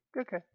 Okay